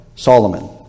Solomon